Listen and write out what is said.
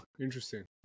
interesting